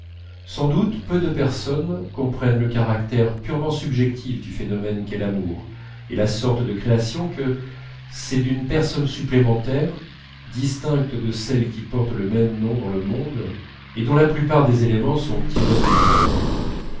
sans doute peu de personnes comprennent le caractère purement subjectif du phénomène qu'est l'amour et la sorte de création que c'est d'une personne supplémentaire distincte de celle qui porte le même nom dans le monde et dont la plupart des éléments sont tirés de nous-mêmes